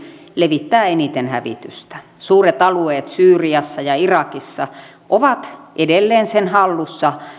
levittää eniten hävitystä suuret alueet syyriassa ja irakissa ovat edelleen sen hallussa